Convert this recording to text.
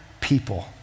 people